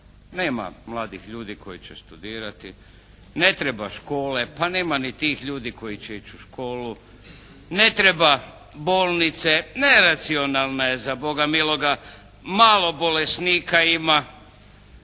nema mladih ljudi koji će studirati. Ne treba škole, pa nema ni tih ljudi koji će ići u školu. Ne treba bolnice, neracionalna je za Boga miloga, malo bolesnika imaju